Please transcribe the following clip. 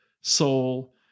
soul